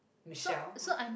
Michelle